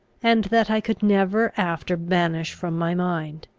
and that i could never after banish from my mind.